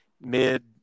Mid